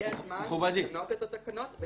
הגיע הזמן לבנות את התקנות.